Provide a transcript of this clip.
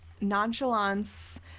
nonchalance